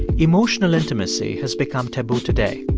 emotional intimacy has become taboo today.